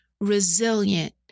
resilient